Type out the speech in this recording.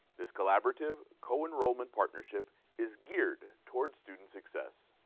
this collaborative co-enrollment partnership is geared towards student success.